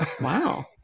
wow